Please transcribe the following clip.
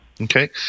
Okay